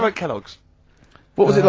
but kellogg's what was it like?